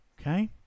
Okay